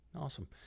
Awesome